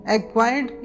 Acquired